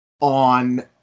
on